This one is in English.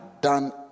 done